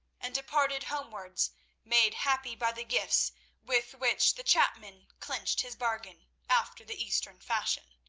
and departed homewards made happy by the gifts with which the chapman clinched his bargain, after the eastern fashion.